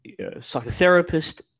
psychotherapist